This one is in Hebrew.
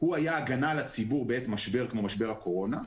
היה הגנה על הציבור בעת משבר כמו משבר הקורונה,